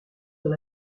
dans